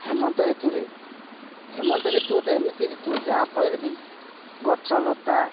ହେମନ୍ତ ଋତୁରେ ହେମନ୍ତ ଋତୁ ଗୋଟେ ଏମିତି ଋତୁ ଯାହାଫଳରେ ବି ଗଛ ଲତା